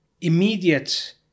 immediate